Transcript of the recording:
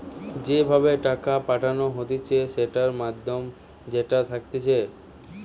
যে ভাবে টাকা পাঠানো হতিছে সেটার মাধ্যম যেটা থাকতিছে